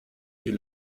est